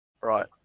Right